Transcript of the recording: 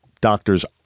Doctors